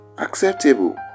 Acceptable